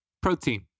protein